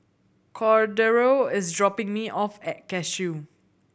Cordero is dropping me off at Cashew